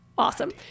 Awesome